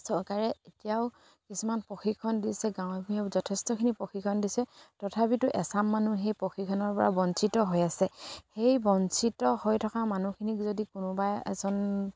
চৰকাৰে এতিয়াও কিছুমান প্ৰশিক্ষণ দিছে যথেষ্টখিনি প্ৰশিক্ষণ দিছে তথাপিতো এচাম মানুহ সেই প্ৰশিক্ষণৰ পৰা বঞ্চিত হৈ আছে সেই বঞ্চিত হৈ থকা মানুহখিনিক যদি কোনোবা এজন